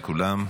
בהצלחה לכולם.